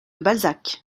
balzac